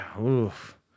oof